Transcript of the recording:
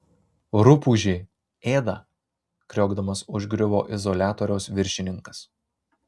rupūžė ėda kriokdamas užgriuvo izoliatoriaus viršininkas